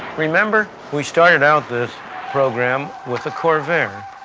remember, we started out this program with the corvair,